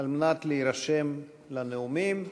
על מנת להירשם לנאומים,